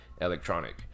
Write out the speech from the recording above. electronic